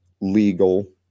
legal